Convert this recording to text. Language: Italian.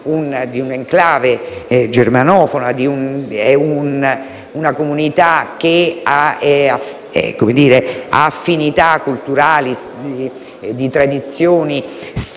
di un'*enclave* germanofona e di una comunità che ha affinità culturali e di tradizioni storiche